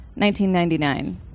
1999